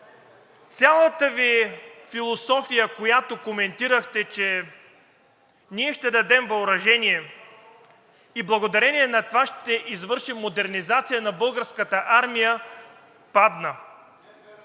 цялата Ви философия, която коментирахте, че ние ще дадем въоръжение и благодарение на това ще извършим модернизация на Българската армия падна